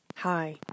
Hi